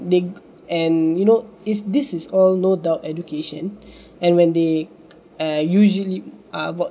they and you know is this is all no doubt education and when they err usually are